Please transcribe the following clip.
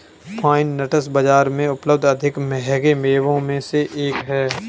pine nuts बाजार में उपलब्ध अधिक महंगे मेवों में से एक हैं